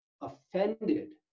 offended